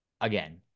Again